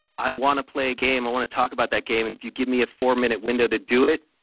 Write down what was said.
i want to play a game. i want to talk about that game and if you give me a four-minute window to do it,